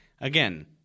again